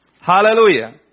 hallelujah